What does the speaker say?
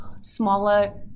smaller